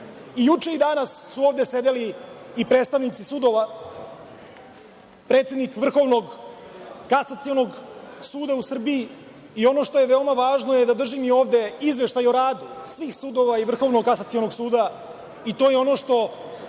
Juče i danas su ovde sedeli predstavnici sudova, predsednik Vrhovnog kasacionog suda u Srbiji, i ono što je veoma važno je da držim i ovde izveštaj o radu svih sudova i Vrhovnog kasacionog suda, i to je ono što